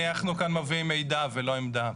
אנחנו כאן מביאים מידע ולא עמדה.